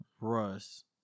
Russ